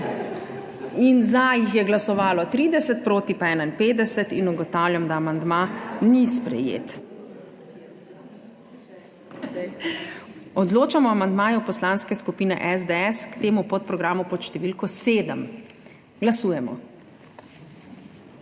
(Za je glasovalo 30.) (Proti 51.) Ugotavljam, da amandma ni sprejet. Odločamo o amandmaju Poslanske skupine SDS k temu podprogramu pod številko 3. Glasujemo.